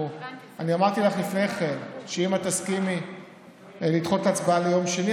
אני אמרתי לך לפני כן שאם את תסכימי לדחות את ההצבעה ליום שני,